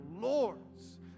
Lord's